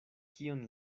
kion